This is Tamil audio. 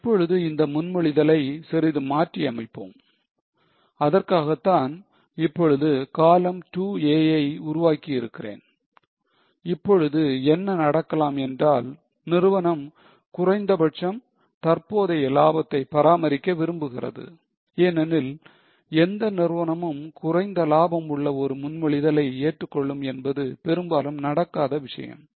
எப்பொழுது இந்த முன்மொழிதலை சிறிது மாற்றி அமைப்போம் அதற்காகத்தான் இப்பொழுது column 2a ஐ உருவாக்கி இருக்கிறேன் இப்பொழுது என்ன நடக்கலாம் என்றால் நிறுவனம் குறைந்தபட்சம் தற்போதைய லாபத்தை பராமரிக்க விரும்புகிறது ஏனெனில் எந்த நிறுவனமும் குறைந்த லாபம் உள்ள ஒரு முன்மொழிதலை ஏற்றுக்கொள்ளும் என்பது பெரும்பாலும் நடக்காத விஷயம்